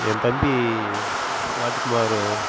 என் தம்பி ராஜு குமாரு